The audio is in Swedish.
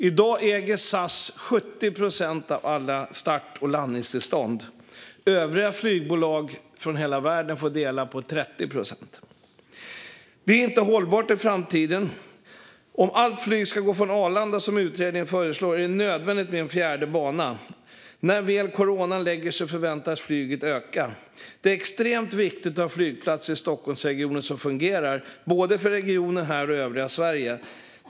I dag äger SAS 70 procent av alla start och landningstillstånd, och övriga flygbolag från hela världen får dela på 30 procent. Detta är inte hållbart i framtiden. Om allt flyg ska gå från Arlanda, som utredningen föreslår, är det nödvändigt med en fjärde bana. När coronan väl lägger sig förväntas flyget öka. Det är extremt viktigt att ha en flygplats i Stockholmsregionen som fungerar för både regionen och övriga Sverige.